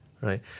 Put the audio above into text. right